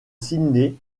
sydney